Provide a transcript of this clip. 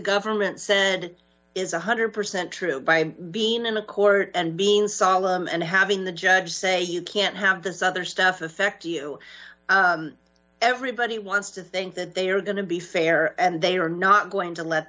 government said is one hundred percent true by being in a court and being solemn and having the judge say you can't have this other stuff affect you everybody wants to think that they are going to be fair and they are not going to let